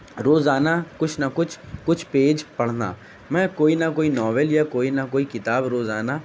روزانہ کچھ نہ کچھ کچھ پیج پڑھنا میں کوئی نہ کوئی ناول یا کوئی نہ کوئی کتاب روزانہ